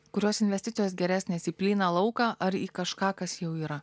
kurios investicijos geresnės į plyną lauką ar į kažką kas jau yra